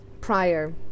prior